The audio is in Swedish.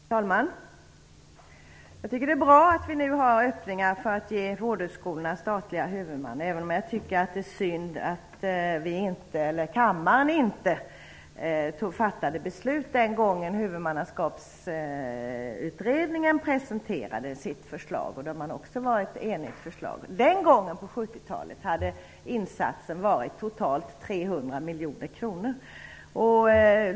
Herr talman! Jag tycker att det är bra att det nu finns öppningar för att ge vårdhögskolorna statlig huvudman, även om jag tycker att det är synd att kammaren inte fattade beslut den gången huvudmannaskapsutredningen presenterade sitt förslag. Den var också enig om sitt förslag. Den gången, på 1970-talet, hade insatsen varit totalt 300 miljoner kronor.